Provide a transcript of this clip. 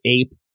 ape